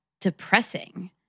depressing